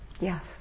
Yes